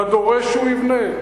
אתה דורש שהוא יבנה?